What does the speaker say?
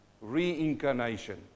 Reincarnation